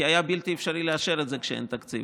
כי היה בלתי אפשרי לאשר את זה כשאין תקציב,